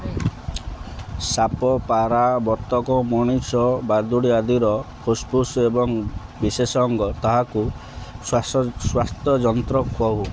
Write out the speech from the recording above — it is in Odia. ସାପ ପାରା ବତକ ମଣିଷ ବାଦୁଡ଼ି ଆଦିର ଫୁସ୍ଫୁସ୍ ଏବଂ ବିଶେଷ ଅଙ୍ଗ ତାହାକୁ ଶ୍ଵାସ ସ୍ୱାସ୍ଥ୍ୟ ଯନ୍ତ୍ର